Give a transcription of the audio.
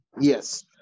Yes